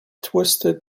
twisted